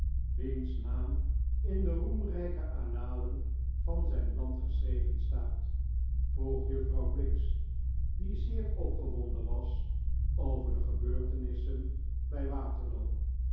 wiens naam in de roemrijke annalen van zijn land geschreven staat vroeg juffrouw briggs die zeer opgewonden was over de gebeurtenissen bij waterloo